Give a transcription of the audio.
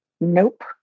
nope